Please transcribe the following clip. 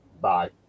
Bye